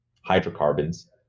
hydrocarbons